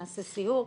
נעשה סיור.